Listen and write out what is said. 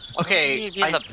Okay